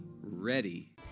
ready